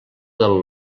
del